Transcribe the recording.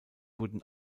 wurden